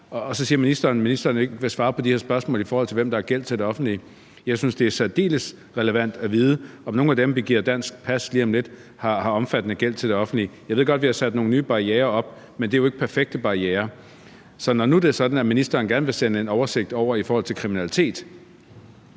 Så siger ministeren, at ministeren ikke vil svare på de her spørgsmål om, hvem der har gæld til det offentlige. Jeg synes, det er særdeles relevant at vide, om nogle af dem, vi giver dansk pas lige om lidt, har omfattende gæld til det offentlige. Jeg ved godt, at vi har sat nogle nye barrierer op, men det er jo ikke perfekte barrierer, så når nu det er sådan, at ministeren gerne vil sende en oversigt over over kriminalitet,